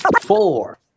Four